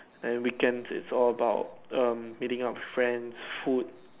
and weekends it's all about um meeting up with friends food